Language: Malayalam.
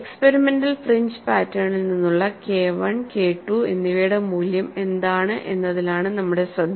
എക്സ്പെരിമെന്റൽ ഫ്രിഞ്ച് പാറ്റേണിൽ നിന്നുള്ള KI K II എന്നിവയുടെ മൂല്യം എന്താണ് എന്നതിലാണ് നമ്മുടെ ശ്രദ്ധ